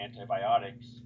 antibiotics